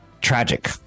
tragic